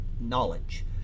knowledge